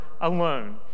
alone